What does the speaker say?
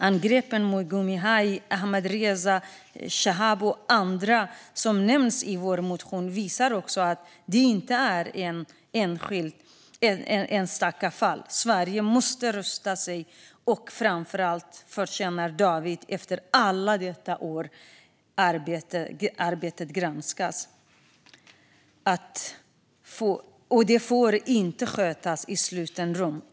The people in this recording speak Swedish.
Angreppen mot Gui Minhai, Ahmadreza, Chaab och andra som nämns i vår motion visar att det inte är ett enstaka fall. Sverige måste rusta sig. Och framför allt förtjänar Dawit, efter alla dessa år, att arbetet granskas. Det får inte skötas i slutna rum.